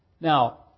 Now